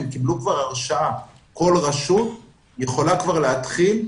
הם קיבלו כבר הרשאה כל רשות יכולה כבר להתחיל,